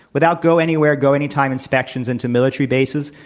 without go anywhere, go any time inspections into military bases,